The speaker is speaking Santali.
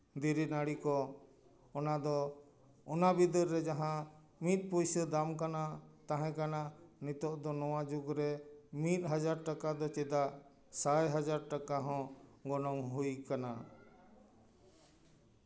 ᱫᱷᱤᱨᱤ ᱱᱟᱹᱲᱤ ᱠᱚ ᱚᱱᱟ ᱫᱚ ᱚᱱᱟ ᱵᱤᱫᱟᱹᱞ ᱨᱮ ᱡᱟᱦᱟᱸ ᱢᱤᱫ ᱯᱩᱭᱥᱟᱹ ᱫᱟᱢ ᱠᱟᱱᱟ ᱛᱟᱦᱮᱸ ᱠᱟᱱᱟ ᱱᱤᱛᱚᱜ ᱫᱚ ᱱᱚᱣᱟ ᱡᱩᱜᱽ ᱨᱮ ᱢᱤᱫ ᱦᱟᱡᱟᱨ ᱴᱟᱠᱟ ᱫᱚ ᱪᱮᱫᱟᱜ ᱥᱟᱭ ᱦᱟᱡᱟᱨ ᱴᱟᱠᱟ ᱦᱚᱸ ᱜᱚᱱᱚᱝ ᱦᱩᱭ ᱠᱟᱱᱟ